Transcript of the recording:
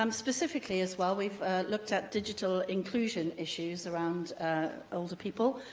um specifically, as well, we've looked at digital inclusion issues around people,